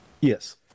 yes